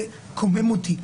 זה קומם אותי.